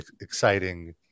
exciting